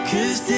Cause